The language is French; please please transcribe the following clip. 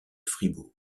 fribourg